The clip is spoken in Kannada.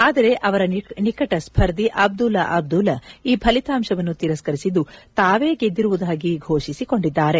ಆದರೆ ಅವರ ನಿಕಟ ಸ್ಪರ್ಧಿ ಅಬ್ದುಲ್ಲಾ ಅಬ್ದುಲ್ಲಾ ಈ ಫಲಿತಾಂಶವನ್ನು ತಿರಸ್ಕರಿಸಿದ್ದು ತಾವೇ ಗೆದ್ದಿರುವುದಾಗಿ ಫೋಷಿಸಿಕೊಂಡಿದ್ದಾರೆ